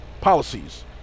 Policies